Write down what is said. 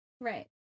Right